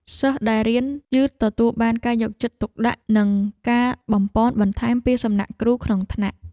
សិស្សដែលរៀនយឺតទទួលបានការយកចិត្តទុកដាក់និងការបំប៉នបន្ថែមពីសំណាក់គ្រូក្នុងថ្នាក់។